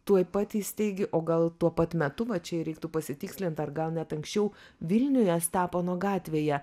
tuoj pat įsteigi o gal tuo pat metu va čia reiktų pasitikslint ar gal net anksčiau vilniuje stepono gatvėje